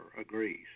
agrees